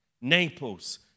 Naples